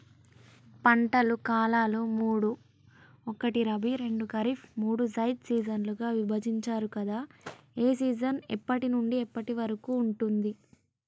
పంటల కాలాలు మూడు ఒకటి రబీ రెండు ఖరీఫ్ మూడు జైద్ సీజన్లుగా విభజించారు కదా ఏ సీజన్ ఎప్పటి నుండి ఎప్పటి వరకు ఉంటుంది?